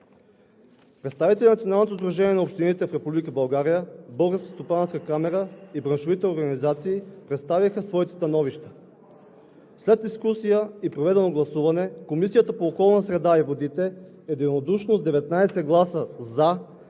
Представителите на Националното сдружение на общините в Република България, Българската стопанска камара и браншовите организации представиха своите становища. След дискусията и проведеното гласуване Комисията по околната среда и водите единодушно с 19 гласа